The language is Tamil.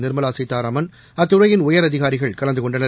நிர்மலாசீதாராமன் அத்துறையின் உயரதிகாரிகள் கலந்துகொண்டனர்